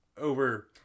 over